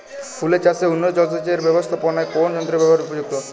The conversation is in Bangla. ফুলের চাষে উন্নত জলসেচ এর ব্যাবস্থাপনায় কোন যন্ত্রের ব্যবহার উপযুক্ত?